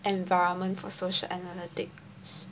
environment for social analytics